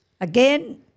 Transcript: Again